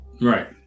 Right